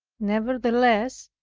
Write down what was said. nevertheless,